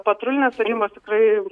patrulinės tarnybos tikrai